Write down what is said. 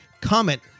comment